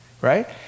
right